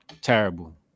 Terrible